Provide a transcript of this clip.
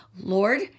Lord